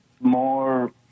more